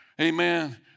amen